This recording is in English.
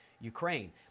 Ukraine